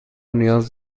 نیاز